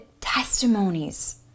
testimonies